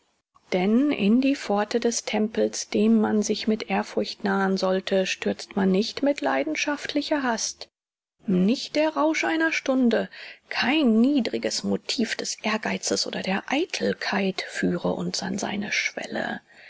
denn in die pforte des tempels dem man sich mit ehrfurcht nahen sollte stürzt man nicht mit leidenschaftlicher hast nicht der rausch einer stunde kein niedriges motiv des ehrgeizes oder der eitelkeit führe uns an seine schwelle